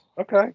Okay